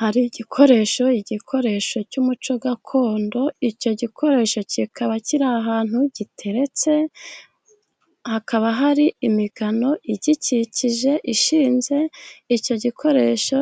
Hari igikoresho, igikoresho cy'umuco gakondo, icyo gikoresho kikaba kiri ahantu giteretse, hakaba hari imigano igikikije ishinze, icyo gikoresho